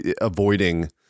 avoiding